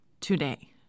today